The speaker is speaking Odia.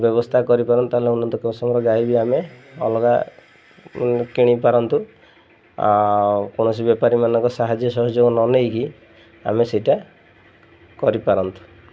ବ୍ୟବସ୍ଥା କରିପାରନ୍ତେ ତାହେଲେ ଉନ୍ନତ କିସମର ଗାଈ ବି ଆମେ ଅଲଗା କିଣିପାରନ୍ତୁ ଆଉ କୌଣସି ବେପାରୀମାନଙ୍କ ସାହାଯ୍ୟ ସହଯୋଗ ନ ନେଇକି ଆମେ ସେଇଟା କରିପାରନ୍ତୁ